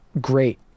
great